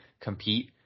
compete